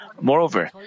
Moreover